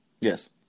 Yes